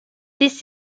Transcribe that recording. this